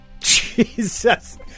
Jesus